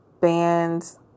bands